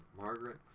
Margaret